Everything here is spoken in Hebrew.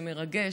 מרגש,